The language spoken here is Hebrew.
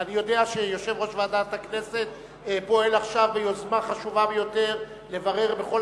אני יודע שיושב-ראש ועדת הכנסת פועל עכשיו ביוזמה חשובה ביותר לברר בכל